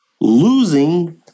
losing